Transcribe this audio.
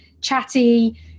chatty